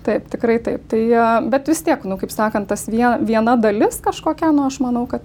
taip tikrai taip tai jo bet vis tiek nu kaip sakant ta viena dalis kažkokia nu aš manau kad